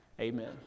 Amen